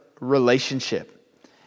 relationship